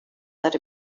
that